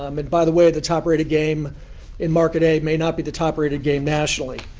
um and by the way, the top-rated game in market a may not be the top-rated game nationally.